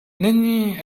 nyní